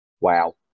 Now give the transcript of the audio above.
Wow